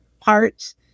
parts